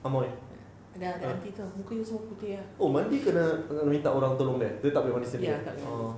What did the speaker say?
ampy ah oh mandi kena kena minta orang tolong dia dia tak boleh mandi sendiri oh